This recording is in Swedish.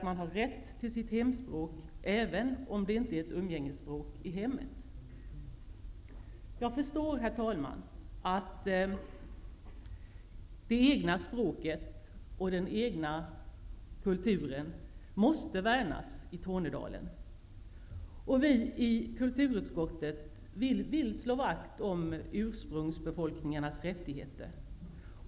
Man har rätt till sitt hemspråk även om det inte är ett umgängesspråk i hemmet. Herr talman! Jag förstår att det egna språket och den egna kulturen måste värnas i Tornedalen. Vi i kulturutskottet vill slå vakt om ursprungsbefolkningarnas rättigheter.